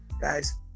guys